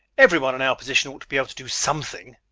every one in our position ought to be able to do something.